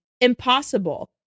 impossible